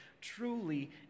truly